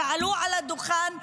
עלו על הדוכן,